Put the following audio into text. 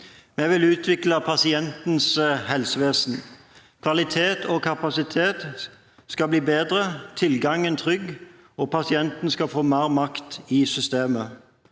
Vi vil utvikle pasientens helsevesen. Kvaliteten og kapasiteten skal bli bedre og tilgangen trygg, og pasienten skal få mer makt i systemet.